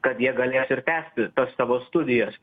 kad jie galės ir tęsti tas savo studijas